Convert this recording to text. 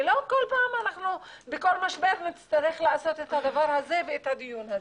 ולא כל פעם בכל משבר נצטרך לעשות את הדבר הזה ואת הדיון הזה.